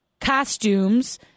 costumes